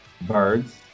Birds